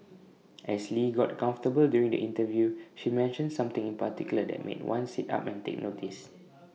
as lee got comfortable during the interview she mentioned something in particular that made one sit up and take notice